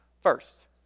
first